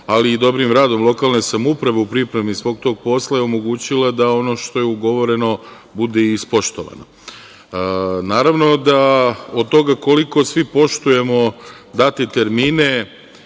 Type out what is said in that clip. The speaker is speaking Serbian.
ali i dobrim radom lokalne samouprave u pripremi svog tog posla je omogućila da ono što je ugovoreno bude i ispoštovano. Naravno da od toga koliko svi poštujemo date termine